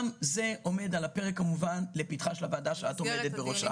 גם זה עומד על הפרק כמובן לפתחה של הוועדה שאת עומדת בראשה.